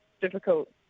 difficult